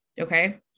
Okay